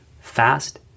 fast